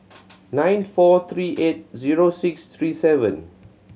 eight four three eight zero six three seven